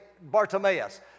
Bartimaeus